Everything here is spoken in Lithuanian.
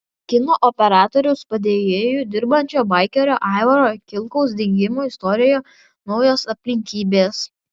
kino operatoriaus padėjėju dirbančio baikerio aivaro kilkaus dingimo istorijoje naujos aplinkybės